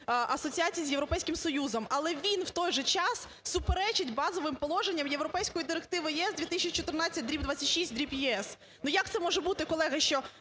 асоціації з Європейським Союзом, але він у той же час суперечить базовим положенням європейської Директиви ЄС 2014/26/ЄС. Ну, як це може бути, колеги, що